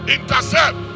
Intercept